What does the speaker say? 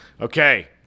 okay